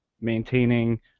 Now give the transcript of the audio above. maintaining